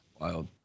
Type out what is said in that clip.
Wild